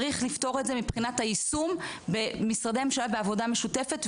צריך לפתור את זה מבחינת היישום במשרדי הממשלה בעבודה משותפת,